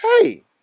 Hey